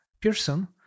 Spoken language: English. Pearson